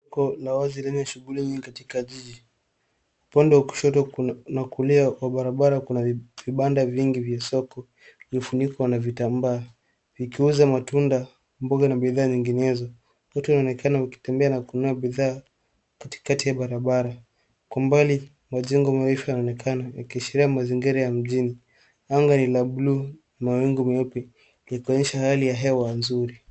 Duka la wazi la shughuli nyingi katika jiji. Upande wa kushoto na kulia kwa barabara kuna vibanda vingi vya soko vimefunikwa na vitamba vikiuza matunda, mboga na bidhaa nyinginezo. Watu wanaonekana wakitembea na kununua bidhaa katikati ya barabara. Kwa umbali majengo marefu yanaonekana yakiashiria mazingira ya mjini. Anga ni la buluu lenye mawingu meupe likionyesha hali ya hewa nzuri.